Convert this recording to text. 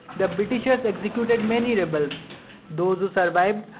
the britishers executed many rebels those who survived,